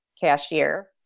cashier